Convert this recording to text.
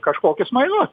kažkokius mainus